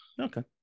Okay